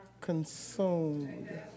consumed